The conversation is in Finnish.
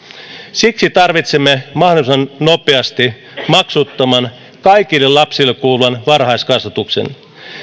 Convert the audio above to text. siksi tarvitsemme mahdollisimman nopeasti maksuttoman kaikille lapsille kuuluvan varhaiskasvatuksen